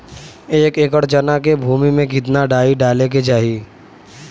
एक एकड़ चना के भूमि में कितना डाई डाले के चाही?